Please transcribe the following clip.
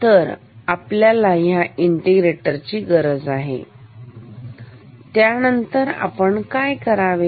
तर आपल्याला ह्या इंटेग्रेटर ची गरज आहेठीकत्यानंतर आपण काय करावे